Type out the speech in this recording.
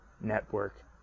network